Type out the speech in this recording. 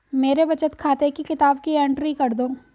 मेरे बचत खाते की किताब की एंट्री कर दो?